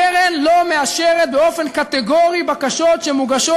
הקרן לא מאשרת באופן קטגורי בקשות שמוגשות